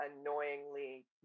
annoyingly